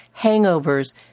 hangovers